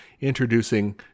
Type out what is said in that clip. introducing